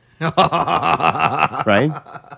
Right